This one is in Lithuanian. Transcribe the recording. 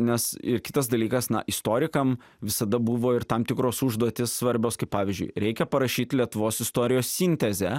nes ir kitas dalykas na istorikam visada buvo ir tam tikros užduotys svarbios kaip pavyzdžiui reikia parašyt lietuvos istorijos sintezę